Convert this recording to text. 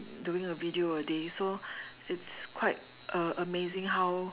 doing a video a day so it's quite a~ amazing how